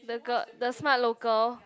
the girl The-Smart-Local